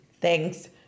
Thanks